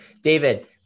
David